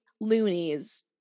loonies